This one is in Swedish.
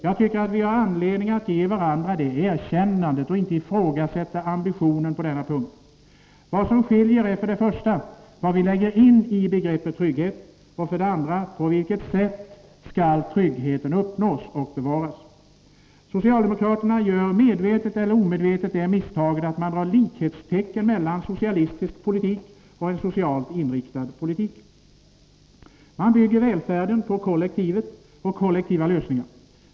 Jag tycker att vi har anledning att ge varandra det erkännandet och inte ifrågasätta ambitionen på denna punkt. Vad som skiljer är för det första vad vi lägger in i begreppet trygghet och, för det andra, på vilket sätt tryggheten skall uppnås och bevaras. Socialdemokraterna gör medvetet eller omedvetet det misstaget att de sätter likhetstecken mellan socialistisk politik och en socialt inriktad politik. De bygger välfärden på kollektivet och kollektiva lösningar.